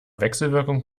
wechselwirkung